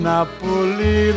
Napoli